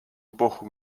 эпоху